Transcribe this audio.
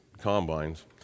combines